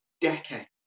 decade